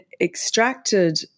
extracted